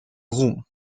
rom